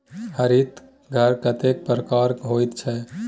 हरित घर कतेक प्रकारक होइत छै?